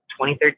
2013